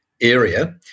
area